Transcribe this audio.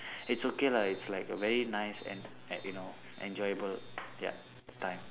it's okay lah it's like a very nice and and you know enjoyable ya time